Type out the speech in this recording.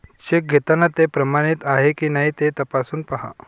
check घेताना ते प्रमाणित आहे की नाही ते तपासून पाहा